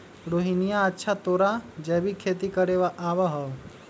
रोहिणीया, अच्छा तोरा जैविक खेती करे आवा हाउ?